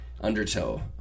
undertow